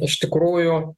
iš tikrųjų